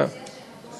אתה יודע